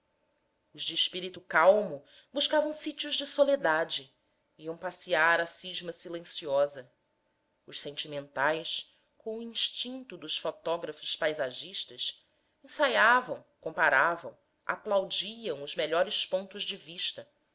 os de espírito calmo buscavam sítios de soledade iam passear a cisma silenciosa os sentimentais com o instinto dos fotógrafos paisagistas ensaiavam comparavam aplaudiam os melhores pontos de vista